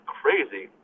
crazy